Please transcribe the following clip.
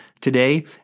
today